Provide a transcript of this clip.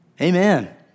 Amen